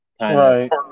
Right